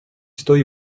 stoi